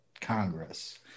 Congress